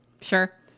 sure